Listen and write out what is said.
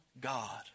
God